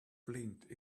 blinked